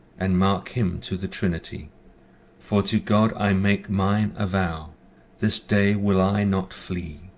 and mark him to the trinity for to god i make mine a-vow this day will i not flee.